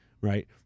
right